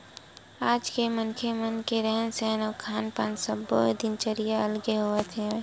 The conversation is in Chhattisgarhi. आज के मनखे मन के रहन सहन अउ खान पान के सब्बो दिनचरया अलगे होवत हवय